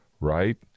right